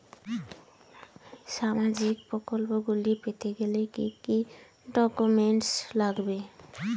সামাজিক প্রকল্পগুলি পেতে গেলে কি কি ডকুমেন্টস লাগবে?